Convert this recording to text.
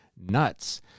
nuts